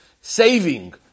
saving